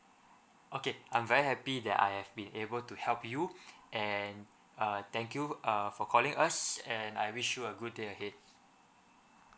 okay I'm very happy that I have been able to help you and err thank you err for calling us and I wish you a good day ahead